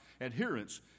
adherents